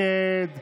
מי נגד?